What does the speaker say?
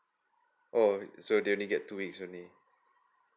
oh they only get two weeks only